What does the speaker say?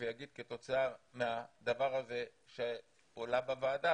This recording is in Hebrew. ויאמר שכתוצאה מהדבר הזה שעולה בוועדה,